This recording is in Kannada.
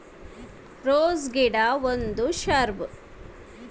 ರೋಸ್ ಗಿಡ ಒಂದು ಶ್ರಬ್